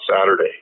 Saturday